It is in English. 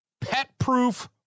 pet-proof